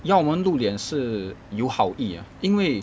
要我们露脸是有好意 ah 因为